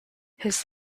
his